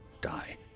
die